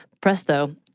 presto